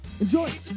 Enjoy